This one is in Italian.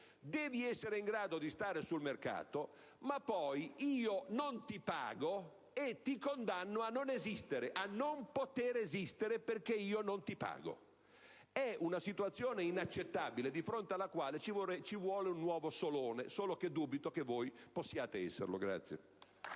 devi essere in grado di stare sul mercato, ma poi io non ti pago e ti condanno a non esistere, a non poter esistere perché non ti pago. È una situazione inaccettabile, di fronte alla quale ci vuole un nuovo Solone, ma dubito che voi possiate esserlo. *(Applausi